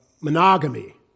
monogamy